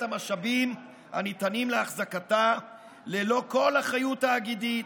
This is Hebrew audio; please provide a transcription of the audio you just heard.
המשאבים הניתנים לאחזקתה ללא כל אחריות תאגידית,